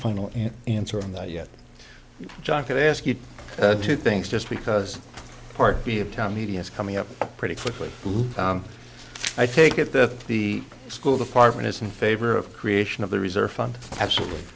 final answer on that yet jocular ask you two things just because part of town media is coming up pretty quickly i take it that the school department is in favor of creation of the reserve fund absolutely